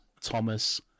Thomas